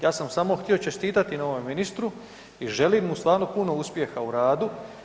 Ja sam samo htio čestitati novome ministru i želim mu stvarno puno uspjeha u radu.